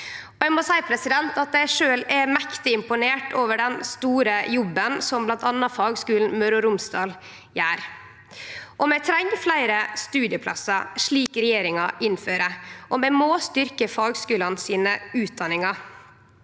Eg må seie at eg sjølv er mektig imponert over den store jobben som bl.a. Fagskolen Møre og Romsdal gjer. Vi treng fleire studieplassar, slik regjeringa innfører, og vi må styrkje fagskulane sine utdanningar.